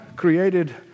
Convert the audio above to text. created